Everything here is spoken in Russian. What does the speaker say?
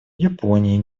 японии